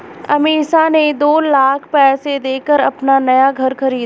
अमीषा ने दो लाख पैसे देकर अपना नया घर खरीदा